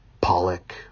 Pollock